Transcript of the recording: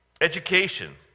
Education